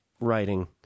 writing